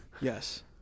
Yes